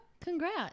Congrats